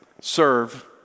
serve